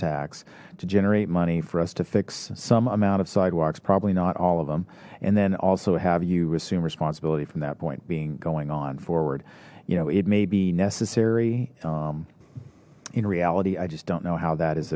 tax to generate money for us to fix some amount of sidewalks probably not all of them and then also have you assume responsibility from that point being going on forward you know it may be necessary in reality i just don't know how that is